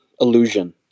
illusion